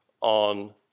on